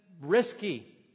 risky